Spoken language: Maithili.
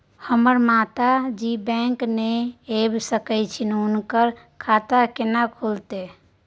हमर माता जी बैंक नय ऐब सकै छै हुनकर खाता केना खूलतै?